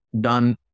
done